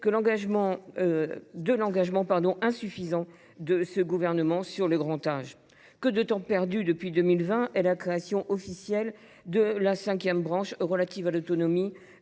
de l’engagement insuffisant de ce gouvernement sur le grand âge. Que de temps perdu depuis 2020 et la création officielle de la cinquième branche de la